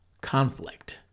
conflict